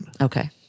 Okay